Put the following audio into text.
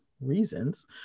reasons